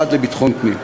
נאום.